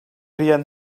rian